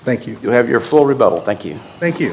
thank you you have your full rebuttal thank you thank you